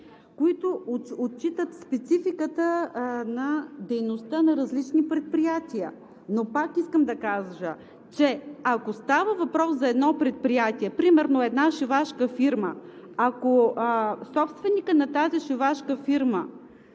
които отчитат спецификата на дейността на различни предприятия. Но пак искам да кажа, че ако става въпрос за едно предприятие, примерно една шивашка фирма, ако собственикът ѝ реши